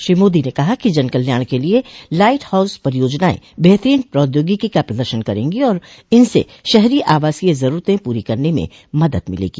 श्री मोदी ने कहा कि जनकल्याण के लिए लाइट हाउस परियोजनाएं बेहतरीन प्रौद्योगिकी का प्रदर्शन करेंगी और इनसे शहरी आवासीय जरूरतें पूरी करने में मदद मिलेगी